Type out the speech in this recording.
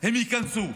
הם ייכנסו.